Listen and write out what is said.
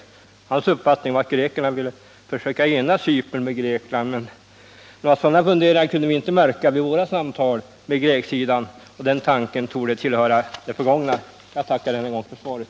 Enligt hans uppfattning vill grekerna försöka förena Cypern med Grekland, men några sådana funderingar kunde vi inte märka under våra samtal med grekerna. Den tanken torde tillhöra det förgångna. Jag tackar än en gång för svaret.